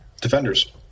Defenders